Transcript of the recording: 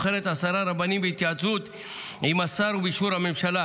השר ובאישור הממשלה